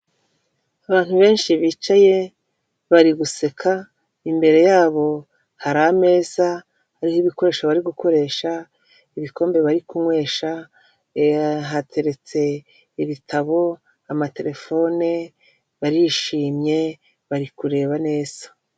Mu karere ka Muhanga habereyemo irushanwa ry'amagare riba buri mwaka rikabera mu gihugu cy'u Rwanda, babahagaritse ku mpande kugira ngo hataba impanuka ndetse n'abari mu irushanwa babashe gusiganwa nta nkomyi.